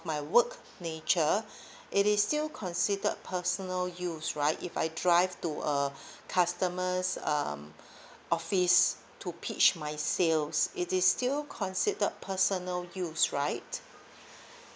my work nature it is still considered personal use right if I drive to uh customer's um office to pitch my sales it is still considered personal use right